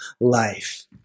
life